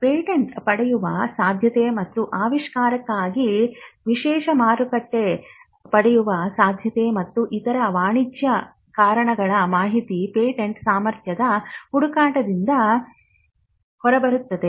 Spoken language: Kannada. ಪೇಟೆಂಟ್ ಪಡೆಯುವ ಸಾಧ್ಯತೆ ಮತ್ತು ಆವಿಷ್ಕಾರಕ್ಕಾಗಿ ವಿಶೇಷ ಮಾರುಕಟ್ಟೆ ಪಡೆಯುವ ಸಾಧ್ಯತೆ ಮತ್ತು ಇತರ ವಾಣಿಜ್ಯ ಕಾರಣಗಳ ಮಾಹಿತಿ ಪೇಟೆಂಟ್ ಸಾಮರ್ಥ್ಯದ ಹುಡುಕಾಟದಿಂದ ಹೊರಬರುತ್ತದೆ